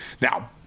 Now